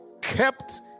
Kept